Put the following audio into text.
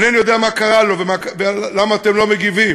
אינני יודע מה קרה לו ולמה אתם לא מגיבים,